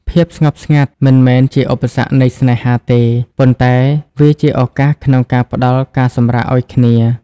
ភាពស្ងប់ស្ងាត់មិនមែនជាឧបសគ្គនៃស្នេហាទេ ប៉ុន្តែវាជាឱកាសក្នុងការផ្ដល់ការសម្រាកឱ្យគ្នា។